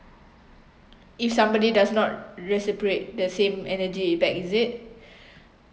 if somebody does not reciprocate the same energy back is it